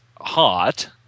hot